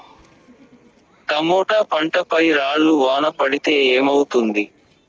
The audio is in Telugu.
టమోటా పంట పై రాళ్లు వాన పడితే ఏమవుతుంది?